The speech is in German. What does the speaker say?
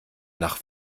nach